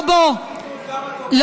להיות גם הפרקליטות, גם המשטרה, גם הצנזורית.